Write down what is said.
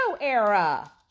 era